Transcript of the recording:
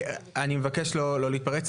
אני מבקש לא להתפרץ,